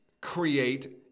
create